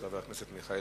חבר הכנסת מיכאל